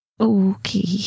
Okay